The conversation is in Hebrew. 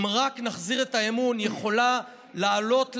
אם רק נחזיר את האמון, היא יכולה לעלות לאירוע,